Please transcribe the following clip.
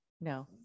No